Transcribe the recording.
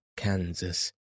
Kansas